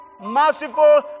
merciful